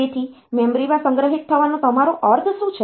તેથી મેમરીમાં સંગ્રહિત થવાનો તમારો અર્થ શું છે